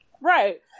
right